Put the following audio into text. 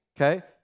okay